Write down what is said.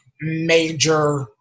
major